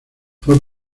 fue